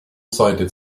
sided